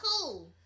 cool